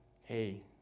hey